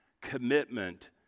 commitment